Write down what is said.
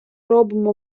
робимо